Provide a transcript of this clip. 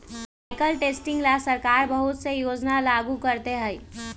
soil testing ला सरकार बहुत से योजना लागू करते हई